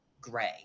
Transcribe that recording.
gray